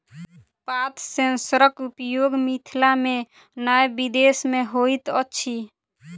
पात सेंसरक उपयोग मिथिला मे नै विदेश मे होइत अछि